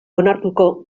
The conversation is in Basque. onartuko